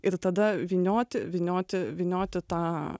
ir tada vynioti vynioti vynioti tą